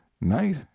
night